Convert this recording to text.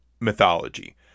mythology